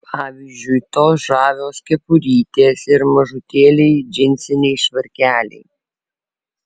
pavyzdžiui tos žavios kepurytės ir mažutėliai džinsiniai švarkeliai